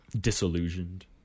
Disillusioned